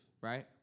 right